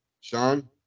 Sean